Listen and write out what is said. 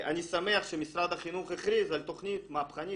אני שמח שמשרד החינוך הכריז על תוכנית מהפכנית,